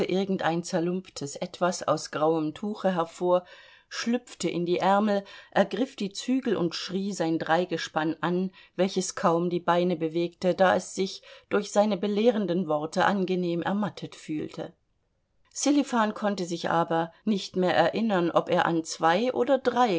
irgendein zerlumptes etwas aus grauem tuche hervor schlüpfte in die ärmel ergriff die zügel und schrie sein dreigespann an welches kaum die beine bewegte da es sich durch seine belehrenden worte angenehm ermattet fühlte sselifan konnte sich aber nicht mehr erinnern ob er an zwei oder drei